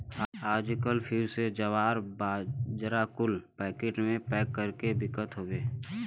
आजकल फिर से जवार, बाजरा कुल पैकिट मे पैक कर के बिकत हउए